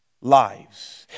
lives